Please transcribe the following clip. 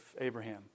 Abraham